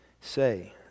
Say